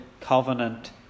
covenant